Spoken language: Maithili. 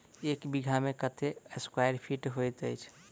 एक बीघा मे कत्ते स्क्वायर फीट होइत अछि?